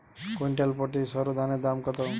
Quintal প্রতি সরুধানের দাম কত?